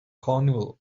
carnival